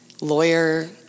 lawyer